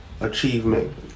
achievement